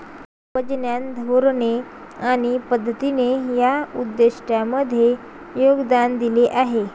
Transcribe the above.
तत्त्वज्ञान, धोरणे आणि पद्धतींनी या उद्दिष्टांमध्ये योगदान दिले आहे